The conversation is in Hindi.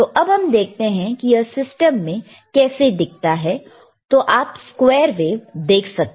तो अब हम देखते हैं कि यह सिस्टम में कैसे दिखता है तो आप स्क्वेयर वेव देख सकते हैं